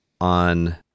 on